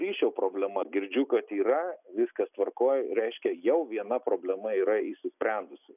ryšio problema girdžiu kad yra viskas tvarkoj reiškia jau viena problema yra įsisprendusi